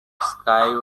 sky